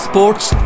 Sports